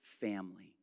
family